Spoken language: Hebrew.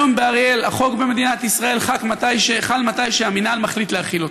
היום באריאל החוק במדינת ישראל חל כשהמינהל מחליט להחיל אותו.